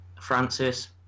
Francis